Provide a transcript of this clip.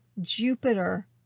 Jupiter